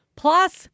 plus